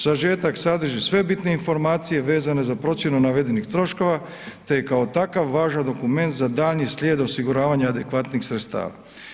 Sažetak sadrži sve bitnije informacije vezane za procjenu navedenih troškova te je kao takav važan dokument za daljnji slijed osiguravanja adekvatnih sredstava.